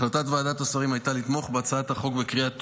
החלטת ועדת השרים הייתה לתמוך בהצעת החוק בקריאה טרומית,